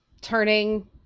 turning